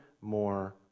more